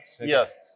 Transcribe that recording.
Yes